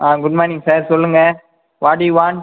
ஆ good morning sir சொல்லுங்கள் what you want